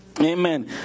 Amen